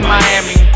Miami